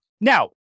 Now